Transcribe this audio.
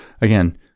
again